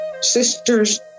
sisters